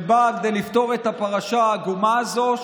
שבאה לפתור את הפרשה העגומה הזו,